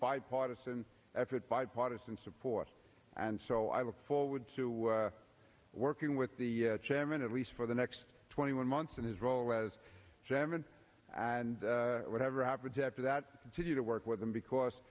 bipartisan effort bipartisan support and so i look forward to working with the chairman at least for the next twenty one months in his role as chairman and whatever happens after that to do to work with them because